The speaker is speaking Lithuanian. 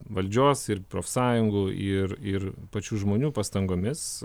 valdžios ir profsąjungų ir ir pačių žmonių pastangomis